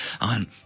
on